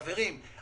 חברים,